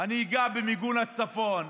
אני אגע במיגון הצפון.